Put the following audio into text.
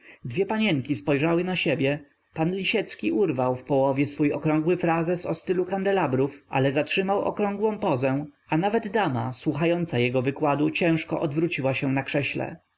dwie panienki spojrzały na siebie pan lisiecki urwał w połowie swój okrągły frazes o stylu kandelabrów ale zatrzymał okrągłą pozę a nawet dama słuchająca jego wykładu ciężko odwróciła się na krześle